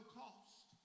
cost